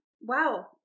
wow